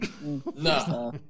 No